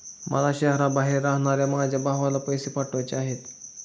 मला शहराबाहेर राहणाऱ्या माझ्या भावाला पैसे पाठवायचे आहेत